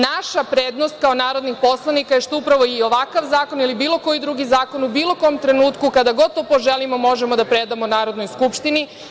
Naša prednost kao narodnih poslanika je što upravo i ovakav zakon ili bilo koji drugi zakon u bilo kom trenutku, kada god to poželimo, možemo da predamo Narodnoj skupštini.